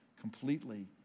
completely